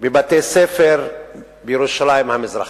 בבתי-ספר בירושלים המזרחית.